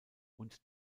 und